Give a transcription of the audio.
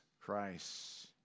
Christ